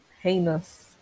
heinous